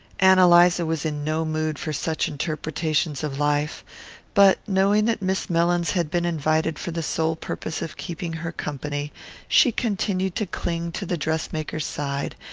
ann eliza was in no mood for such interpretations of life but, knowing that miss mellins had been invited for the sole purpose of keeping her company she continued to cling to the dress-maker's side,